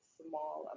small